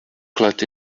clad